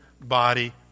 body